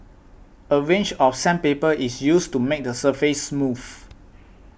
a range of sandpaper is used to make the surface smooth